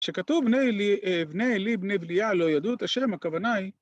שכתוב, בני עלי בני בליעל, לא ידעו את השם, הכוונה היא,